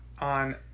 on